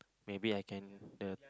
maybe I can the